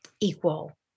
equal